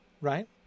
right